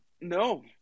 No